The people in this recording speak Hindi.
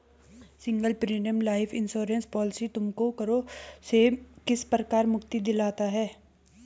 Single premium life insurance policy तुमको करों से किस प्रकार मुक्ति दिलाता है?